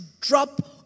drop